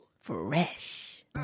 fresh